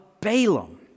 Balaam